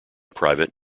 private